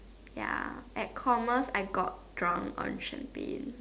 ya at commas I got drunk on champagne